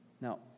Now